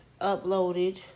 uploaded